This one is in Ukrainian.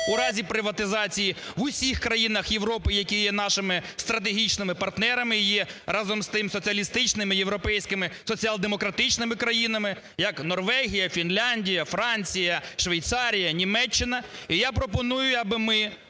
у разі приватизації в усіх країнах Європи, які є нашими стратегічними партнерами і є разом з тим соціалістичними європейськими, соціал-демократичними країнами як Норвегія, Фінляндія, Франція, Швейцарія, Німеччина. І я пропоную, аби ми